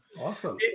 Awesome